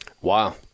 Wow